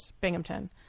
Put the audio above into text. Binghamton